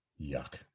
yuck